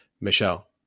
Michelle